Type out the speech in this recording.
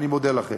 אני מודה לכם.